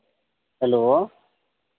hello